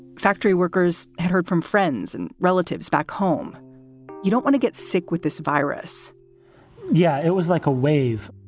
factory workers and heard from friends and relatives back home you don't want to get sick with this virus yeah. it was like a wave